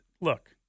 look –